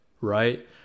right